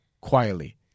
Quietly